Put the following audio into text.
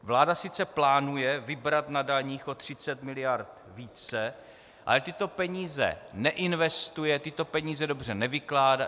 Vláda sice plánuje vybrat na daních o 30 mld. více, ale tyto peníze neinvestuje, tyto peníze dobře nevynakládá.